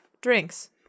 drinks